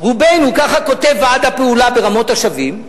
"רובנו" כך כותב ועד הפעולה ברמות-השבים.